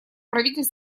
правитель